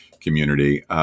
community